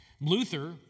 Luther